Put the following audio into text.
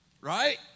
Right